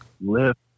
lift